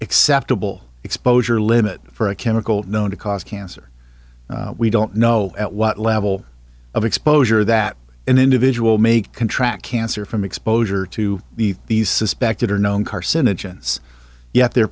except a bull exposure limit for a chemical known to cause cancer we don't know at what level of exposure that an individual make contract cancer from exposure to these suspected or known carcinogens yet they